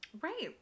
Right